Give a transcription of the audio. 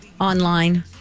online